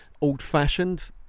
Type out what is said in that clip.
old-fashioned